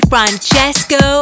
Francesco